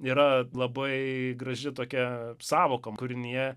yra labai graži tokia sąvoka kūrinyje